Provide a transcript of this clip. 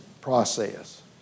process